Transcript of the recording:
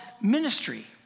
ministry